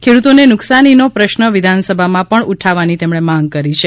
ખેડૂતોએ નુકસાનીનો પ્રશ્ન વિધાનસભામાં પણ ઉઠાવવાની માંગ કરી છે